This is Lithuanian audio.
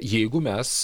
jeigu mes